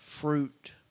Fruit